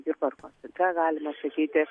jurbarko ką galima sakyti